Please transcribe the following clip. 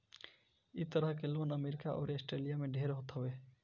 इ तरह के लोन अमेरिका अउरी आस्ट्रेलिया में ढेर होत हवे